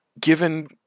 given